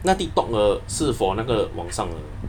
那 tik tok 的是 for 那个网上的